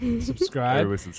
Subscribe